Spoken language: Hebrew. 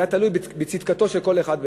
היה תלוי בצדקתו של כל אחד ואחד.